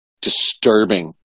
disturbing